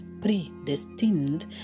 predestined